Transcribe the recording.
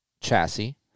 chassis